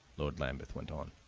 lord lambeth went on.